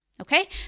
Okay